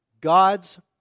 God's